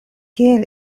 kiel